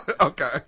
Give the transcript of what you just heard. Okay